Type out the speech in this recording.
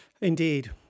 Indeed